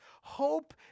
hope